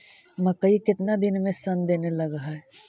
मकइ केतना दिन में शन देने लग है?